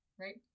right